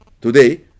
Today